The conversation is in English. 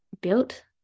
built